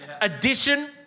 Addition